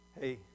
Hey